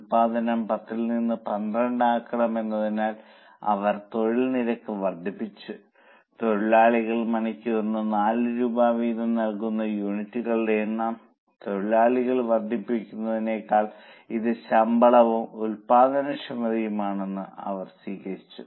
ഉൽപ്പാദനം 10 ൽ നിന്ന് 12 ആക്കണമെന്നതിനാൽ അവർ തൊഴിൽ നിരക്ക് വർധിപ്പിച്ചു തൊഴിലാളികൾ മണിക്കൂറിന് 4 രൂപ വീതം നൽകുന്ന യൂണിറ്റുകളുടെ എണ്ണം തൊഴിലാളികൾ വർധിപ്പിക്കുന്നതിനാൽ ഇത് ശമ്പളവും ഉൽപാദനക്ഷമതയും ആണെന്ന് അവർ സ്വീകരിച്ചു